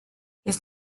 his